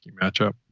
matchup